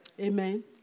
Amen